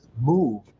move